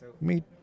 Meet